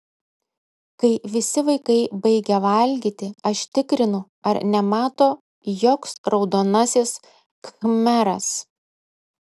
kai visi vaikai baigia valgyti aš tikrinu ar nemato joks raudonasis khmeras